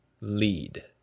lead